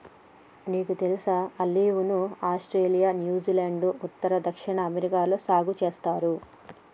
నీకు తెలుసా ఆలివ్ ను ఆస్ట్రేలియా, న్యూజిలాండ్, ఉత్తర, దక్షిణ అమెరికాలలో సాగు సేస్తారు